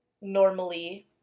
normally